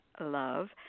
love